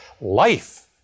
Life